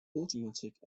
automatic